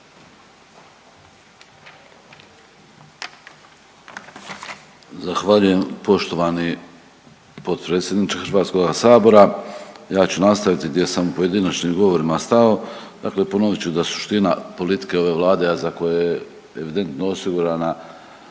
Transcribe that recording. Zahvaljujem poštovani potpredsjedniče HS-a, ja ću nastaviti gdje sam u pojedinačnim govorima stao. Dakle ponovit ću da suština politike ove Vlade, a za koje evidentno osigurana